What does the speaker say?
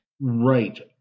Right